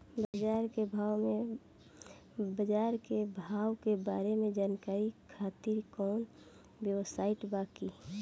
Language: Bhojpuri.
बाजार के भाव के बारे में जानकारी खातिर कवनो वेबसाइट बा की?